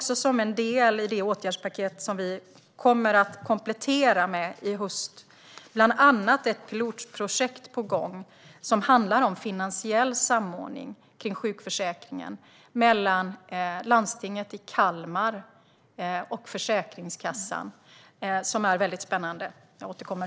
Som en del i det åtgärdspaket som vi kommer att komplettera med i höst har vi bland annat ett väldigt spännande pilotprojekt på gång som handlar om finansiell samordning kring sjukförsäkringen mellan landstinget i Kalmar och Försäkringskassan. Jag återkommer.